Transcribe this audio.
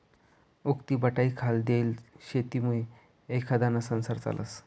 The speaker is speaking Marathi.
उक्तीबटाईखाल देयेल शेतीमुये एखांदाना संसार चालस